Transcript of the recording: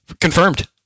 Confirmed